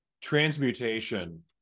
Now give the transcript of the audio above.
transmutation